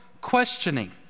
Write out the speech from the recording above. questioning